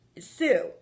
sue